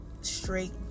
straight